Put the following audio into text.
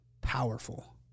powerful